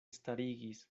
starigis